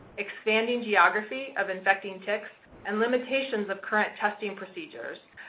expanding geography of infecting ticks, and limitations of current testing procedures.